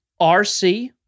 RC